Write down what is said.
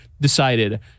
decided